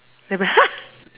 never !huh!